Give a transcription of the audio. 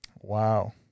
Wow